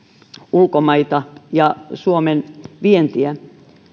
ulkomaita ja suomen vientiä